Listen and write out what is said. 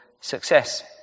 success